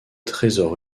trésor